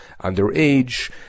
underage